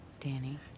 Danny